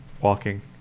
walking